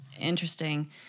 interesting